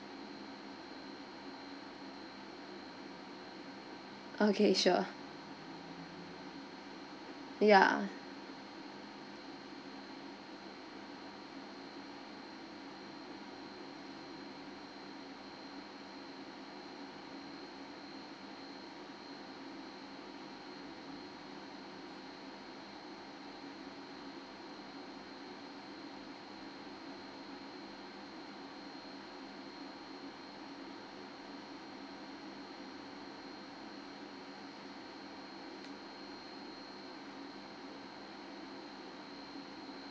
okay sure ya